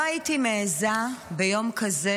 לא הייתי מעיזה ביום כזה,